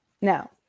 No